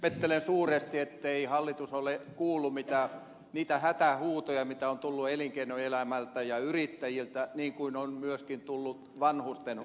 ihmettelen suuresti ettei hallitus ole kuullut niitä hätähuutoja mitä on tullut elinkeinoelämältä ja yrittäjiltä niin kuin on myöskin tullut vanhustenhoitopuolelta